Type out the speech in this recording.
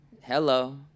hello